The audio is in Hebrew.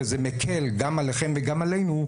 וזה מקל גם עליכם וגם עלינו,